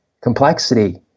complexity